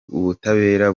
ubutabera